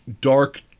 dark